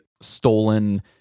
stolen